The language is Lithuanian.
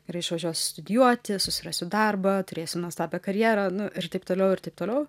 gerai išvažiuosiu studijuoti susirasiu darbą turėsiu nuostabią karjerą nu ir taip toliau ir taip toliau